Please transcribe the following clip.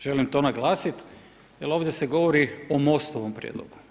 Želim to naglasiti, jer ovdje se govori o Mostovom prijedlogu.